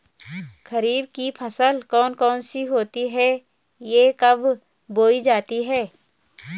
खरीफ की फसल कौन कौन सी होती हैं यह कब बोई जाती हैं?